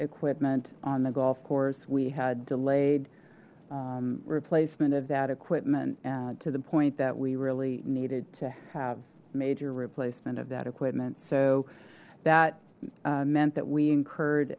equipment on the golf course we had delayed replacement of that equipment to the point that we really needed to have major replacement of that equipment so that meant that we